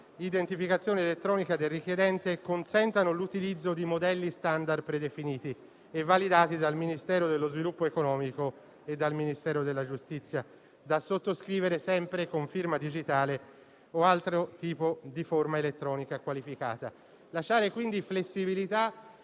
identificazione elettronica del richiedente, consentano l'utilizzo di modelli *standard* predefiniti e validati dal Ministero dello sviluppo economico e dal Ministero della giustizia, da sottoscrivere sempre con firma digitale o altro tipo di forma elettronica qualificata. È opportuno lasciare, quindi, flessibilità